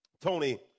Tony